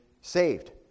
saved